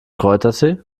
kräutertee